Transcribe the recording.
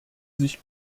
sich